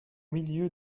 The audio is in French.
milieu